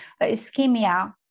ischemia